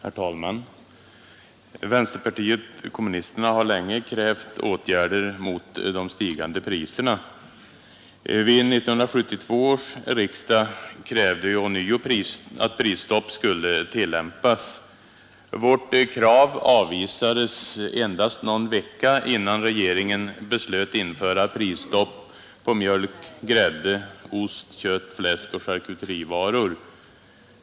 Herr talman! Vänsterpartiet kommunisterna har länge krävt åtgärder mot de stigande priserna. Vid 1972 års riksdag krävde vi ånyo att prisstopp skulle tillämpas. Vårt krav avvisades endast någon vecka innan regeringen beslöt införa prisstopp på mjölk, grädde, ost, kött, fläsk och charkuterivaror.